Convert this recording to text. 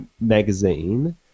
magazine